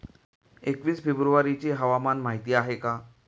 एकवीस फेब्रुवारीची हवामान माहिती आहे का?